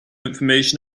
information